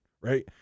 Right